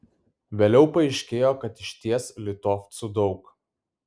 vėliau paaiškėjo kad išties litovcų daug